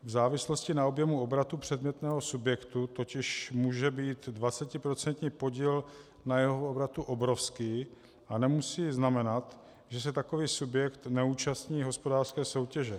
V závislosti na objemu obratu předmětného subjektu totiž může být 20% podíl na jeho obratu obrovský a nemusí znamenat, že se takový subjekt neúčastní hospodářské soutěže.